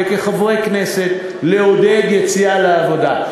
וכחברי כנסת לעודד יציאה לעבודה,